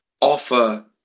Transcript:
offer